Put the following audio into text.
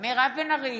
מירב בן ארי,